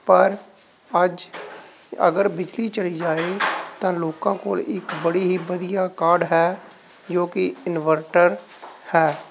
ਪਰ ਅੱਜ ਅਗਰ ਬਿਜਲੀ ਚਲੀ ਜਾਵੇ ਤਾਂ ਲੋਕਾਂ ਕੋਲ ਇੱਕ ਬੜੀ ਹੀ ਵਧੀਆ ਕਾਢ ਹੈ ਜੋ ਕਿ ਇਨਵਰਟਰ ਹੈ